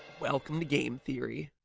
welcome to game theory.